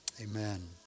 amen